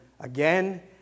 again